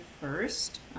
first